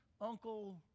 uncle